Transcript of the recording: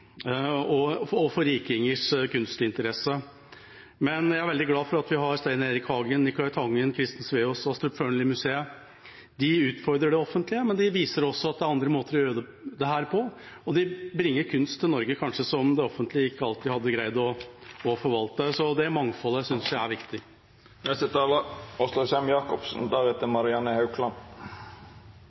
vi har Stein Erik Hagen, Nicolai Tangen, Christen Sveaas og Astrup Fearnley Museet. De utfordrer det offentlige, men de viser også at det er andre måter å gjøre dette på, og de bringer kunst til Norge som det offentlige kanskje ikke alltid hadde greid å forvalte. Det mangfoldet synes jeg er